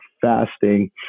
fasting